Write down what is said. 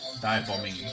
dive-bombing